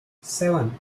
seven